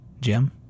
Jim